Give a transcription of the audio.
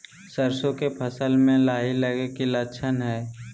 सरसों के फसल में लाही लगे कि लक्षण हय?